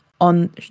on